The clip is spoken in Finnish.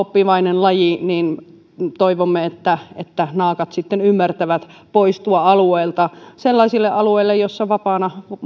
oppivainen laji toivomme että että naakat sitten ymmärtävät poistua alueelta sellaisille alueille joissa vapaana